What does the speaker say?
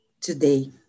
Today